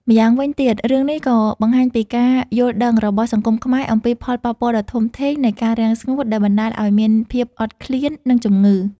ម្យ៉ាងវិញទៀត រឿងនេះក៏បង្ហាញពីការយល់ដឹងរបស់សង្គមខ្មែរអំពីផលប៉ះពាល់ដ៏ធំធេងនៃការរាំងស្ងួត ដែលបណ្ដាលឱ្យមានភាពអត់ឃ្លាន និងជំងឺ ។